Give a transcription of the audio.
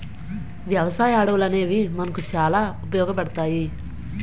వ్యవసాయ అడవులనేవి మనకు చాలా ఉపయోగపడతాయి